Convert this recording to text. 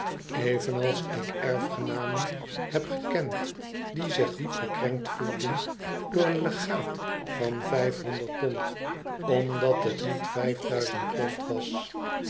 evenals ik erfgenamen heb gekend die zich diep gekrenkt voelden door een legaat van vijfhonderd pond omdat het niet vijf duizend pond was